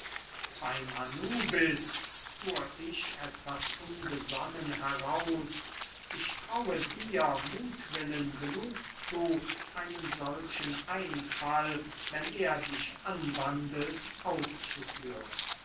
anubis fuhr ich etwas unbesonnen heraus ich traue dir muthwillen genug zu einen solchen einfall wenn er dich anwandelt auszuführen